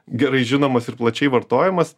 gerai žinomas ir plačiai vartojamas